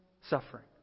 suffering